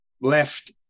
left